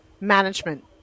management